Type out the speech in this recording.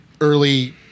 early